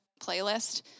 playlist